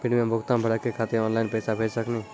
Premium भुगतान भरे के खातिर ऑनलाइन पैसा भेज सकनी?